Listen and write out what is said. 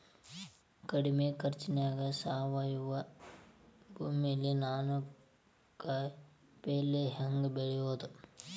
ಕಡಮಿ ಖರ್ಚನ್ಯಾಗ್ ಸಾವಯವ ಭೂಮಿಯಲ್ಲಿ ನಾನ್ ಕಾಯಿಪಲ್ಲೆ ಹೆಂಗ್ ಬೆಳಿಯೋದ್?